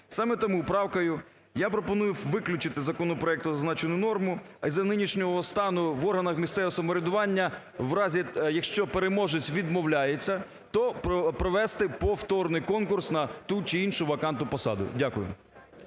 Саме тому правкою я пропоную виключити з законопроекту зазначену норму. А за нинішнього стану в органах місцевого самоврядування в разі, якщо переможець відмовляється, то провести повторний конкурс на ту чи іншу вакантну посаду. Дякую.